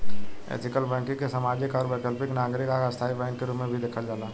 ethical banking के सामाजिक आउर वैकल्पिक नागरिक आ स्थाई बैंक के रूप में भी देखल जाला